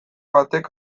batek